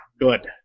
Good